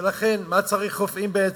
ולכן, מה צריך רופאים בעצם?